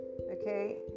okay